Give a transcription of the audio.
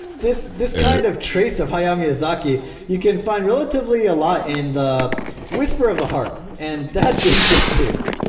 this this kind of trace of hayao miyazaki you can find relatively a lot in the whisper of the heart and that's interesting